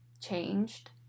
changed